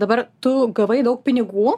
dabar tu gavai daug pinigų